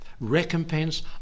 recompense